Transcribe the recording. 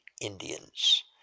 Indians